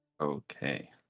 Okay